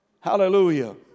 Hallelujah